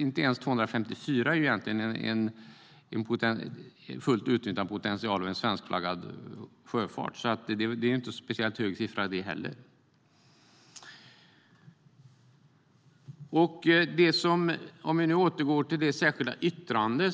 Inte ens 254 är egentligen en fullt utnyttjad potential för svenskflaggad sjöfart. Det är inte en speciellt hög siffra det heller. Det som var viktigt för